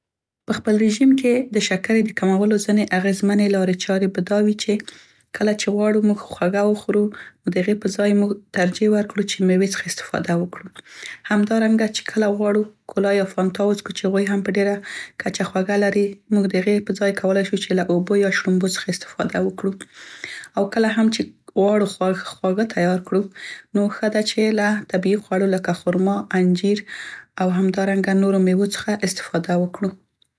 په خپل رژیم کې د شکرې د کمولو ځينې اغیزمنې لارې چارې به دا وي چې کله چې غواړو موږ خوږه وخورو، نو د هغې په ځای موږ ترجیح ورکړو چې میوې څخه استفاده وکړو. همدرانګه چې کله غواړو کولا یا فانتا وڅکو چې هغوی هم په ډيره کچه خوږه لري، موږ د هغې په ځای کولای شو چې له اوبو یا شړومبو څخه استفاده وکړو. او کله هم چې غواړو چې خواږه تیار کړو نو ښه ده چې له طبیعي خوړو لکه خرما، انجیر او همدارنګه نورو میوو څخه استفاده وکړو.